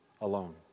alone